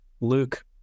Luke